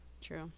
True